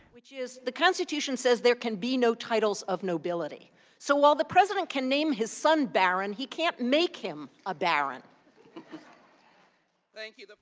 which is the constitution says there can be no titles of nobility so while the president can name his son barron, he can't make him a baron thank you.